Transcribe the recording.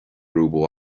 romhaibh